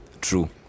True